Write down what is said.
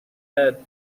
head